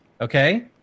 Okay